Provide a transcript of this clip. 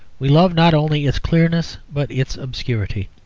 we love not only its clearness but its obscurity.